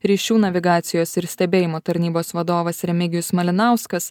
ryšių navigacijos ir stebėjimo tarnybos vadovas remigijus malinauskas